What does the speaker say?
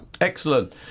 Excellent